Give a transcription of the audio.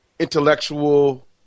intellectual